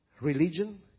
Religion